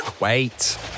Wait